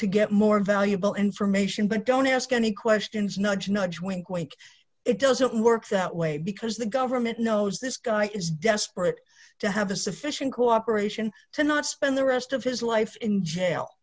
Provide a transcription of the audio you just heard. to get more valuable information but don't ask any questions nudge nudge wink wink it doesn't work that way because the government knows this guy is desperate to have a sufficient cooperation to not spend the rest of his life in jail